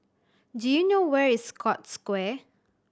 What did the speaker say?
do you know where is Scotts Square